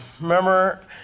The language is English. remember